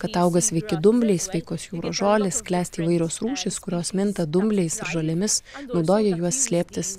kad auga sveiki dumbliai sveikos jūros žolės klesti įvairios rūšys kurios minta dumbliais ir žolėmis naudoja juos slėptis